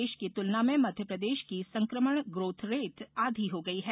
देश की तुलना में मध्यप्रदेश की संक्रमण ग्रोथ रेट आधी हो गई है